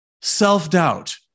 self-doubt